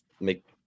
make –